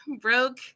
broke